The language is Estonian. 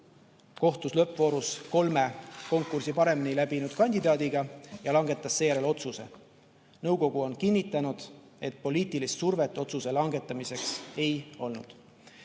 kohtus lõppvoorus kolme konkursi paremini läbinud kandidaadiga ja langetas seejärel otsuse. Nõukogu on kinnitanud, et poliitilist survet otsuse langetamiseks ei olnud.